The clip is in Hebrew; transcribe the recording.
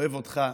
אוהב אותך.